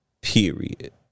period